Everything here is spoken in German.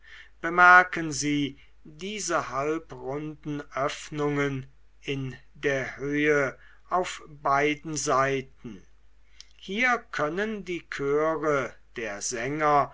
bemerken sie diese halbrunden öffnungen in der höhe auf beiden seiten hier können die chöre der sänger